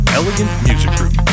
elegantmusicgroup